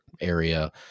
area